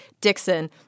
Dixon